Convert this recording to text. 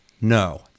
No